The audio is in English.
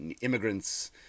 immigrants